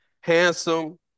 handsome